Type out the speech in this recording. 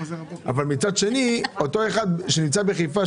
מצד שני אותו אחד שנמצא בחיפה,